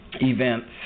Events